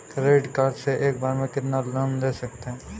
Credit card से एक बार में कितना लोन ले सकते हैं?